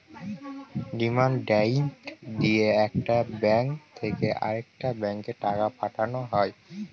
demand draft দিয়ে একটা bank থেকে আরেকটা ব্যাঙ্কে টাকা পাঠানো হয়